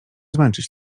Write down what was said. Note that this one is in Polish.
zmęczyć